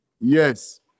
Yes